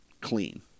Clean